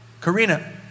Karina